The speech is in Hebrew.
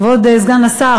כבוד סגן השר,